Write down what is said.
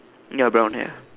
ya brown hair